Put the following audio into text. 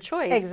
choice